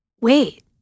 wait